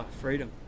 freedom